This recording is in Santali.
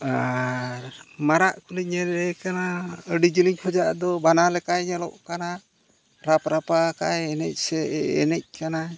ᱟᱨ ᱢᱟᱨᱟᱜ ᱠᱚᱞᱤᱧ ᱧᱮᱞᱮ ᱠᱟᱱᱟ ᱟᱹᱰᱤ ᱡᱮᱞᱮᱧ ᱠᱷᱚᱱᱟᱜ ᱫᱚ ᱵᱟᱱᱟ ᱞᱮᱠᱟᱭ ᱧᱮᱞᱚᱜ ᱠᱟᱱᱟ ᱨᱟᱯᱨᱟᱯᱟ ᱟᱠᱟᱜᱼᱟᱭ ᱮᱱᱮᱡ ᱥᱮ ᱮᱱᱮᱡ ᱠᱟᱱᱟᱭ